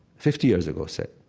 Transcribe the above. fifty years ago, say,